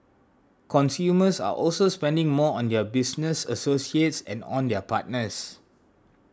consumers are also spending more on their business associates and on their partners